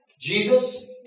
Jesus